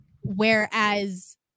whereas